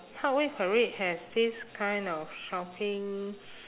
parkway parade has this kind of shopping